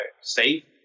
safe